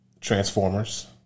Transformers